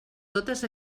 totes